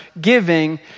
giving